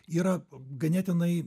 yra ganėtinai